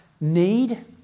need